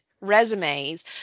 resumes